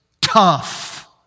tough